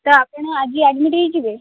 ତ ଆପଣ ଆଜି ଆଡମିଟ୍ ହୋଇଯିବେ